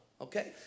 okay